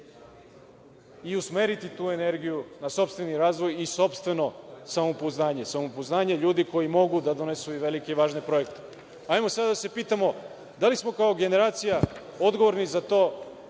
i usmeriti tu energiju na sopstveni razvoj i sopstveno samopouzdanje, samopouzdanje ljudi koji mogu da donesu i velike i važne projekte. Ajmo sada da se pitamo da li smo kao generacija odgovorni za to